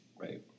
right